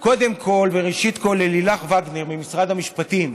קודם כול וראשית כול ללילך וגנר ממשרד המשפטים,